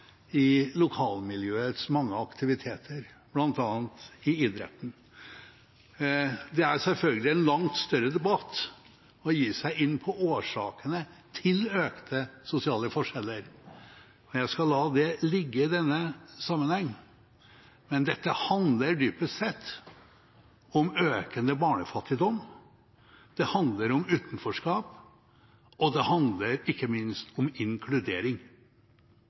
i lokalmiljøets mange aktiviteter, bl.a. i idretten. Det er selvfølgelig en langt større debatt å gi seg inn på årsakene til økte sosiale forskjeller, men jeg skal la det ligge i denne sammenheng. Men dette handler dypest sett om økende barnefattigdom, det handler om utenforskap, og det handler ikke minst om inkludering.